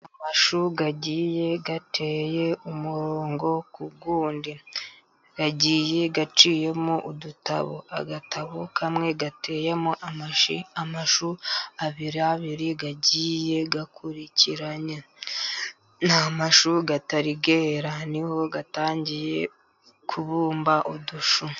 Amashu agiye ateye umurongo k'uwundi agiye aciyemo udutabo. Agatabo kamwe gateyemo amashu abiri abiri agiye akurikirikiranye. ni amashu atari yera n'iho atangiye kubumba udushu.